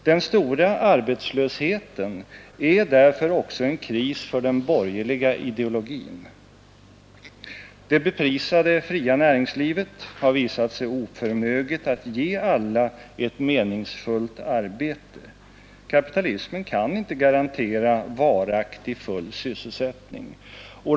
Den stora arbetslösheten är därför också en kris för den borgerliga ideologin. Det beprisade fria näringslivet har visat sig oförmöget att ge alla ett meningsfyllt arbete. Kapitalismen kan inte garantera varaktig full sysselsättning.